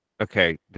Okay